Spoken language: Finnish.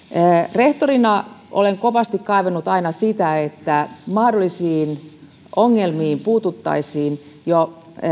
rehtorina olen kovasti kaivannut aina sitä että mahdollisiin ongelmiin puututtaisiin jo